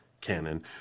canon